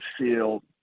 feel